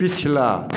पिछला